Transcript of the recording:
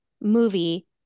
movie